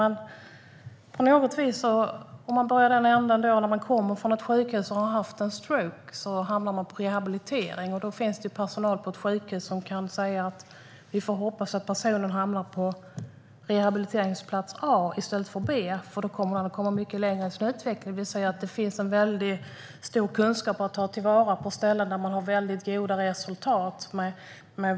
Men om man börjar i den ändan att en person har haft en stroke, kommer från sjukhuset och hamnar på rehabilitering så kan det finnas personal på sjukhuset som säger att vi får hoppas att personen hamnar på rehabiliteringsplats A i stället för B, för då kommer han att komma mycket längre i sin utveckling. Det finns alltså en väldig stor kunskap att ta till vara på ställen där man har väldigt goda resultat.